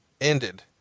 ended